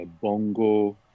Bongo